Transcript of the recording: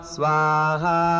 Swaha